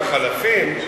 על חלפים,